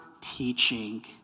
teaching